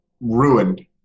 ruined